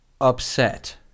upset